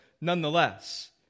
nonetheless